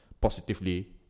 positively